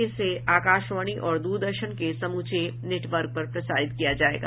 इसे आकाशवाणी और द्रदर्शन के समूचे नटवर्क पर प्रसारित किया जायेगा